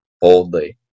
boldly